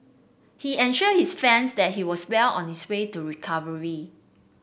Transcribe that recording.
he ensured his fans that he was well on his way to recovery